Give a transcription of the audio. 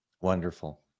Wonderful